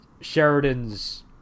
Sheridan's